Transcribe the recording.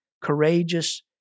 courageous